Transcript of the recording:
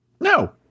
No